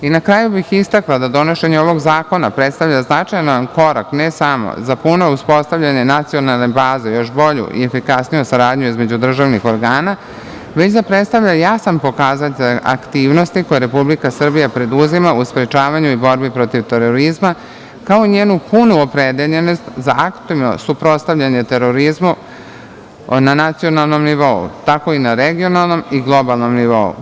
Na kraju bih istakla da donošenje ovog zakona predstavlja značajan korak, ne samo za puno uspostavljanje nacionalne baze, još bolju i efikasniju saradnju između državnih organa, već da predstavlja jasan pokazatelj aktivnosti koje Republika Srbija preduzima u sprečavanju i borbi protiv terorizma, kao i njenu punu opredeljenost za aktivno suprotstavljanje terorizmu na nacionalnom nivou, tako i na regionalnom i globalnom nivou.